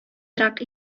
ерак